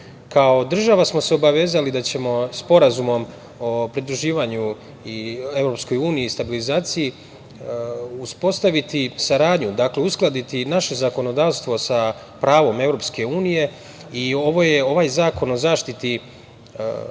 država smo se obavezali da ćemo Sporazumom o pridruživanju i stabilizaciji EU uspostaviti saradnju, dakle, uskladiti i naše zakonodavstvo sa pravom EU i ovaj Zakon o zaštiti poslovne